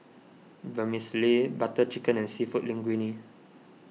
Vermicelli Butter Chicken and Seafood Linguine